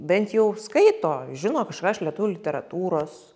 bent jau skaito žino kažką iš lietuvių literatūros